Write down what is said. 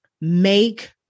Make